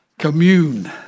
Commune